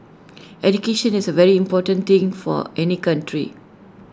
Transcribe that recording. education is A very important thing for any country